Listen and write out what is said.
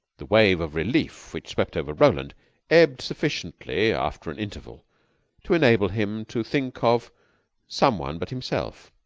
the wave of relief which swept over roland ebbed sufficiently after an interval to enable him to think of some one but himself.